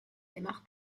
démarre